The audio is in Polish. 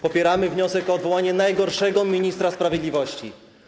Popieramy wniosek o odwołanie najgorszego ministra sprawiedliwości.